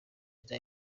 myiza